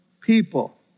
people